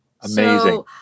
Amazing